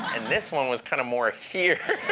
and this one was kind of more here.